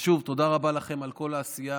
שוב, תודה רבה לכם על כל העשייה,